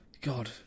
God